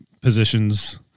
positions